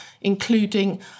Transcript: including